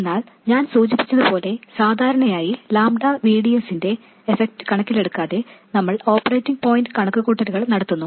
എന്നാൽ ഞാൻ സൂചിപ്പിച്ചതുപോലെ സാധാരണയായി ലാംഡ V D S ന്റെ എഫെക്ട് കണക്കിലെടുക്കാതെ നമ്മൾ ഓപ്പറേറ്റിംഗ് പോയിന്റ് കണക്കുകൂട്ടലുകൾ നടത്തുന്നു